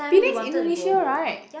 Penang is Indonesia right